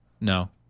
No